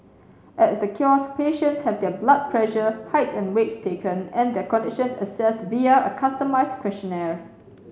at the kiosk patients have their blood pressure height and weight taken and their conditions assessed via a customised questionnaire